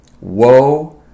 woe